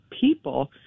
people